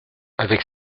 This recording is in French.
avec